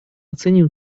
оцениваем